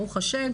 ברוך השם,